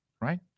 right